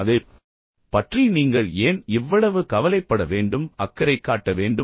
அதைப் பற்றி நீங்கள் ஏன் இவ்வளவு கவலைப்பட வேண்டும் அக்கறை காட்ட வேண்டும்